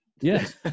Yes